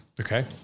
okay